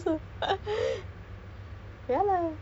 I don't have a social life technically so